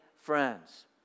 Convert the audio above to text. friends